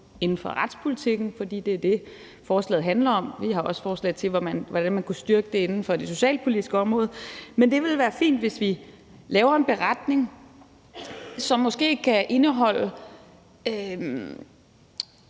inden for retspolitikken, fordi det er det, forslaget handler om; vi har også forslag til, hvordan man kunne styrke det inden for det socialpolitiske område. Det ville være fint, hvis vi laver en beretning, som måske kan indeholde